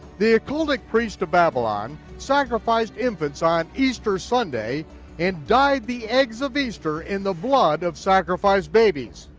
the occultist priest of babylon sacrificed infants on easter sunday and dyed the eggs of easter in the blood of sacrificed babies.